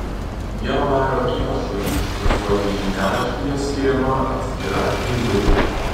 vieno nario įnašui užfiksuoti žiniaraštyje skiriama atskira eilutė